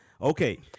Okay